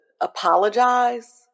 apologize